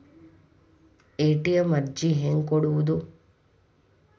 ATM ಅರ್ಜಿ ಹೆಂಗೆ ಕೊಡುವುದು?